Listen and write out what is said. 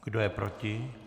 Kdo je proti?